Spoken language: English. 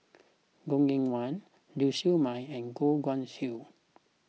Goh Eng Wah Lau Siew Mei and Goh Guan Siew